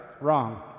Wrong